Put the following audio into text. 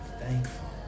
thankful